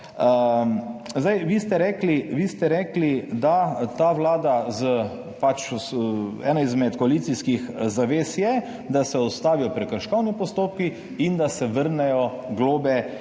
Vi ste rekli, ta vlada, ena izmed koalicijskih zavez je, da se ustavijo prekrškovni postopki in da se vrnejo globe,